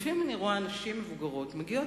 לפעמים אני רואה נשים מבוגרות מגיעות